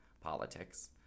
politics